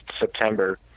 September